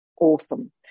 Awesome